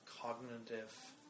cognitive